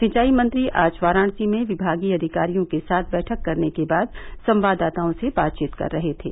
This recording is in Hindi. सिंचाई मंत्री आज वाराणसी में विभागीय अधिकारियों के साथ बैठक करने के बाद संवाददाताओं से बातचीत कर रहे थे